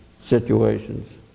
situations